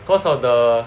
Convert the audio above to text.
because of the